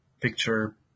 picture